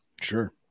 sure